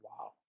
Wow